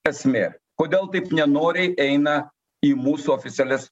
esmė kodėl taip nenoriai eina į mūsų oficialias